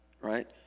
right